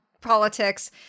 politics